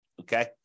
okay